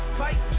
fight